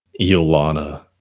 Iolana